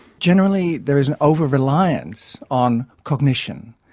generally there is an over-reliance on cognition.